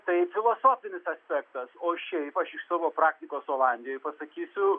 tai filosofinis aspektas o šiaip aš iš savo praktikos olandijoj pasakysiu